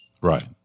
Right